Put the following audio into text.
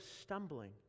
stumbling